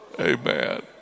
Amen